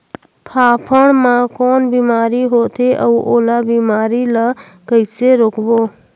फाफण मा कौन बीमारी होथे अउ ओला बीमारी ला कइसे रोकबो?